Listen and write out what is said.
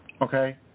okay